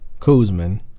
Kuzman